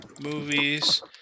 movies